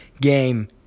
game